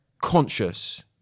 conscious